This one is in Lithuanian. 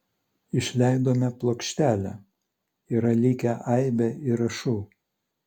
išleidome plokštelę yra likę aibė įrašų